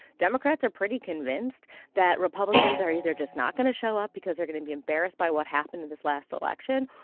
democrats are pretty convinced that republicans are either just not going to show up because they're going to be embarrassed by what happened in this last election,